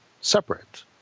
separate